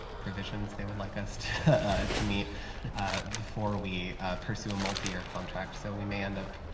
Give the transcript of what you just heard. provisions they would like us to meet before we presume multiyear contract. so we may end up